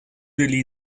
degli